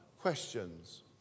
questions